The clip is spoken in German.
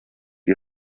die